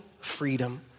freedom